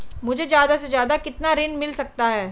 मुझे ज्यादा से ज्यादा कितना ऋण मिल सकता है?